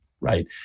right